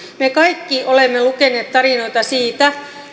me kaikki olemme lukeneet tarinoita siitä